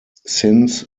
since